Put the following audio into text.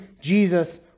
Jesus